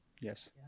Yes